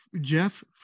Jeff